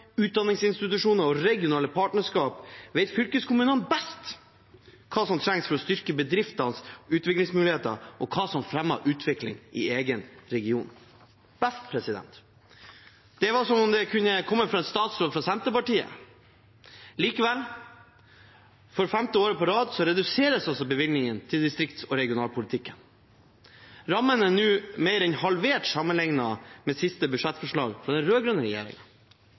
utdanningsinstitusjoner og regionale partnerskap, vet fylkeskommunen best hva som trengs for å styrke bedriftenes utviklingsmuligheter og hva som fremmer utvikling i regionen.» «Best» – det var som om det kunne kommet fra en statsråd fra Senterpartiet. Likevel, for femte året på rad reduseres altså bevilgningene til distrikts- og regionalpolitikken. Rammene er nå mer enn halvert sammenlignet med siste budsjettforslag fra den